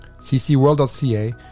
ccworld.ca